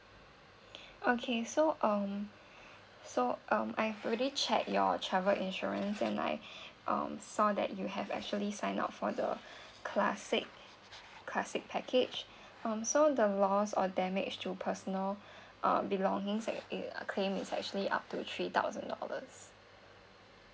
okay so um so um I've already checked your travel insurance and I um saw that you have actually sign up for the classic classic package um so the lost or damage to personal uh belonging uh it claim is actually up to three thousand dollars